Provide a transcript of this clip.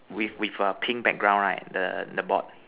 with with a pink background right the the bot